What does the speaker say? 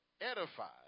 edified